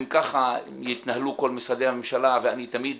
אם ככה יתנהלו כל משרדי הממשלה, ואני תמיד